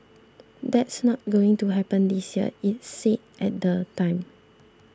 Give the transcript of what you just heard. that's not going to happen this year it said at the time